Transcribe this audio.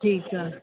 ठीकु आहे